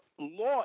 law